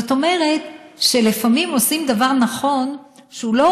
זאת אומרת שלפעמים עושים דבר נכון שהוא לא